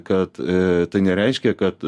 kad tai nereiškia kad